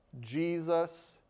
Jesus